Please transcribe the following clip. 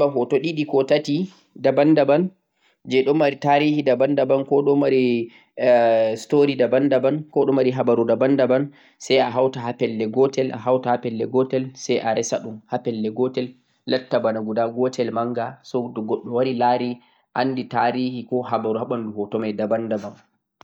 Awawan a heɓa hoto ɗiɗi koh tati daban-daban je mari tarihi daban-daban koh ɗon mari habaru daban-daban sai a hauta ha pelle gotel sai a resaɗun ha pelle gotel latta bana guda gotel. Mo lari pat andai tarihi woni ha nder hoto mai daban-daban'on